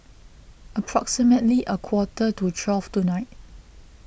approximately a quarter to twelve tonight